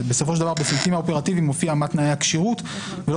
בסופו של דבר בסעיפים האופרטיביים מופיע מה תנאי הכשירות ולא